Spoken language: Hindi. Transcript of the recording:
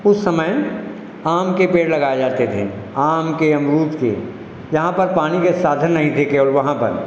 उस समय आम के पेड़ लगाए जाते थे आम के अमरूद के जहाँ पर पानी के साधन नहीं थे केवल वहाँ पर